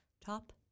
top